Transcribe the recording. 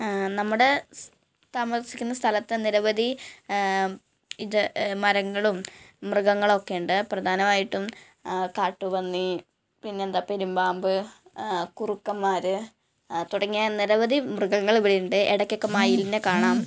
നമ്മുടെ താമസിക്കുന്ന സ്ഥലത്ത് നിരവധി ഇതേ മരങ്ങളും മൃഗങ്ങളൊക്കെയുണ്ട് പ്രധാനായിട്ടും കാട്ടു പന്നി പിന്നെന്താണ് പെരുമ്പാമ്പ് കുറുക്കന്മാർ തുടങ്ങിയ നിരവധി മൃഗങ്ങൾ അവിടെ ഉണ്ട് ഇടയ്കൊക്കെ മയിലിനെ കാണാം